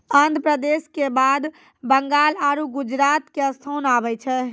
आन्ध्र प्रदेश के बाद बंगाल आरु गुजरात के स्थान आबै छै